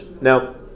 Now